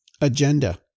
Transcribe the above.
agenda